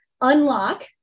unlock